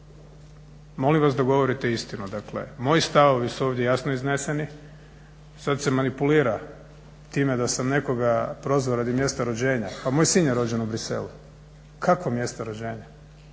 molim vas da govorite istinu. Dakle moji stavovi su ovdje jasno izneseni, sad se manipulira time da sam nekoga prozvao radi mjesta rođenja. Pa moj sin je rođen u Bruxellesu, kakvo mjesto rođenja.